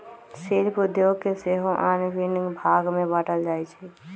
शिल्प उद्योग के सेहो आन भिन्न भाग में बाट्ल जाइ छइ